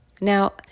Now